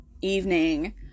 evening